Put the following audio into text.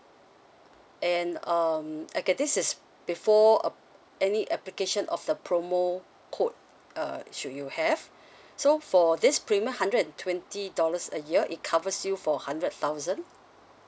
and um okay this is before ap~ any application of the promo code uh should you have so for this premium hundred and twenty dollars a year it covers you for hundred thousand